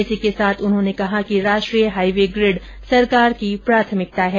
इसी के साथ उन्होंने कहा कि राष्ट्रीय हाईवे ग्रिड सरकार की प्राथमिकता है